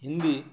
Hindi